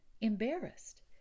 embarrassed